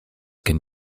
can